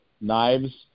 Knives